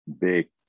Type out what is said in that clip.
Big